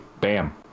Bam